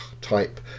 type